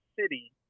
city